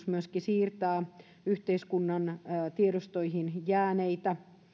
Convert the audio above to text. myöskin mahdollisuus siirtää yhteiskunnan tiedostoihin jääneitä